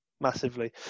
Massively